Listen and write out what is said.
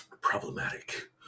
problematic